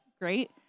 great